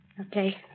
Okay